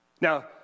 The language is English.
Now